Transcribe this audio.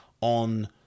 on